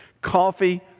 coffee